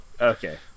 Okay